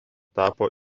tapo